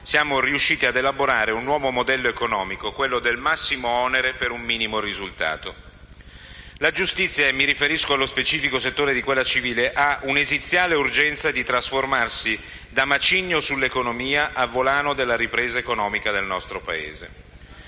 siamo riusciti ad elaborare un nuovo modello economico: quello del massimo onere per un minimo risultato. La giustizia - e mi riferisco allo specifico settore di quella civile - ha un'esiziale urgenza di trasformarsi da macigno sull'economia a volano della ripresa economica del nostro Paese.